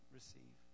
receive